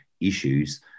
issues